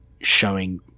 showing